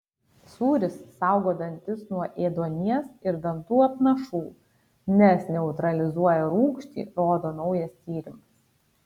sūris saugo dantis nuo ėduonies ir dantų apnašų nes neutralizuoja rūgštį rodo naujas tyrimas